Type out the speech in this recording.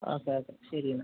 okay okay ശരി എന്നാൽ